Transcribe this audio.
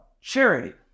charity